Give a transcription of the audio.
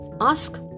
ask